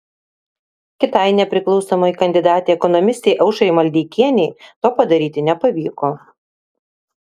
kitai nepriklausomai kandidatei ekonomistei aušrai maldeikienei to padaryti nepavyko